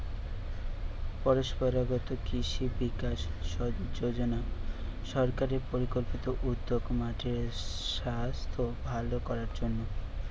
পরম্পরাগত কৃষি বিকাশ যজনা সরকারের পরিকল্পিত উদ্যোগ মাটির সাস্থ ভালো করবার জন্যে